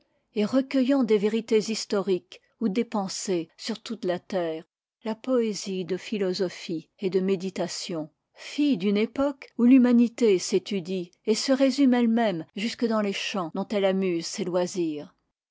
et recueillant des vérités historiques ou des pensées sur toute la terre la poésie de philosophie et de méditation fille d'une époque où l'humanité s'étudie et se résume elle-même jusque dans les chants dont elle amuse ses loisirs